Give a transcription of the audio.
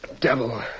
devil